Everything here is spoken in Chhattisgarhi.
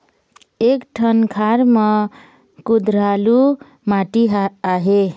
एक ठन खार म कुधरालू माटी आहे?